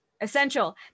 essential